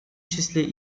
числе